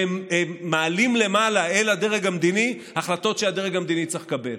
והם מעלים למעלה אל הדרג המדיני החלטות שהדרג המדיני צריך לקבל.